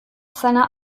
seiner